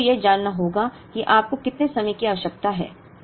तो आपको यह जानना होगा कि आपको कितने समय की आवश्यकता है